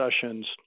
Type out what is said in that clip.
sessions